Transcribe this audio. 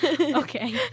Okay